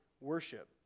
worship